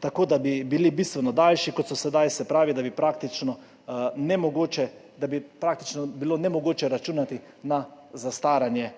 tako da bi bili bistveno daljši, kot so sedaj. Se pravi, da bi bilo praktično nemogoče računati na zastaranje